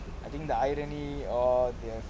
I think the irony or the